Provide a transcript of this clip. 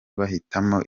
bahitamo